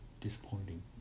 disappointing